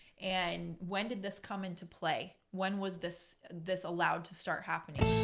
and when did this come into play? when was this this allowed to start happening?